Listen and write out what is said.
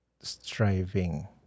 striving